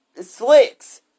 slicks